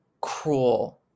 cruel